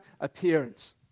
appearance